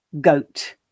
goat